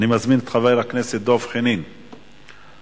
אני מזמין את חבר הכנסת דב חנין, בבקשה.